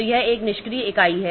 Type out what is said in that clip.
तो यह एक निष्क्रिय इकाई है